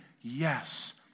yes